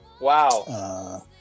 Wow